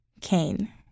Cain